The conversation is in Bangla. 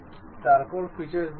এমনটাই হওয়ার কথা